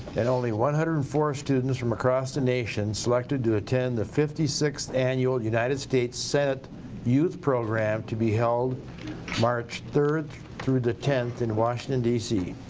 and only one hundred and four students from across across the nation selected to attend the fifty sixth annual united states senate youth program to be held march third through the tenth in washington dc.